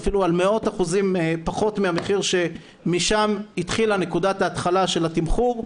אפילו מאות אחוזים פחות מהמחיר שמשם החלה נקודת ההתחלה של התמחור,